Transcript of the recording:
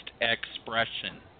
expression